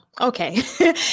okay